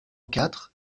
quatre